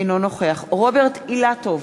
אינו נוכח רוברט אילטוב,